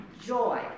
joy